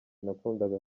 nakundaga